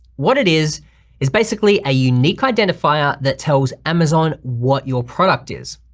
what it is is basically a unique identifier that tells amazon what your product is.